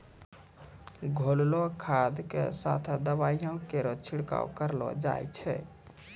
घोललो खाद क साथें दवाइयो केरो छिड़काव करलो जाय छै?